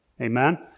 Amen